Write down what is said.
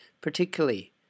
particularly